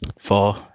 four